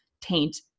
taint